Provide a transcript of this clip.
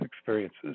experiences